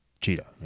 cheetah